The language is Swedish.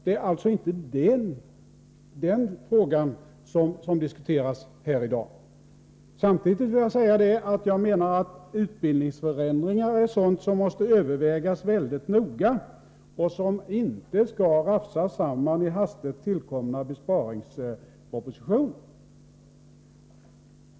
Det är alltså inte den frågan som diskuteras här i dag. Jag vill samtidigt säga att utbildningsförändringar är frågor som måste övervägas mycket noga och som inte skall rafsas samman i hastigt tillkomna besparingspropositioner.